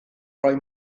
rhoi